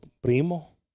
primo